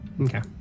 Okay